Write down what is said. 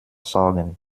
sorgen